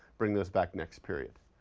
bring those back next period.